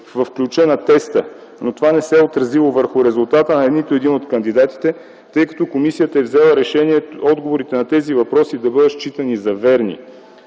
в ключа на теста, но това не се е отразило върху резултата на нито един от кандидатите, тъй като комисията е взела решение отговорите на тези въпроси да бъдат считани за верни.